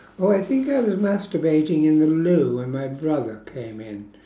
oh I think I was masturbating in the loo when my brother came in